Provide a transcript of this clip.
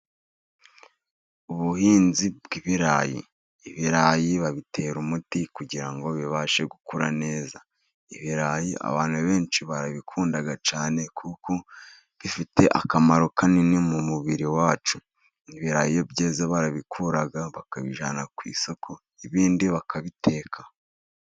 Ubuhinzi bw'ibirayi. Ibirayi babitera umuti kugira ngo bibashe gukura neza. Ibirayi abantu benshi barabikunda cyane kuko bifite akamaro kanini mu mubiri wacu. Ibirayi iyo byeze barabikura, bakabijyana ku isoko, ibindi bakabiteka.